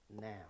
now